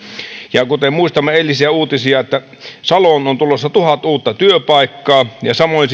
ja kuten muistamme eilisiä uutisia saloon on tulossa tuhat uutta työpaikkaa ja samoin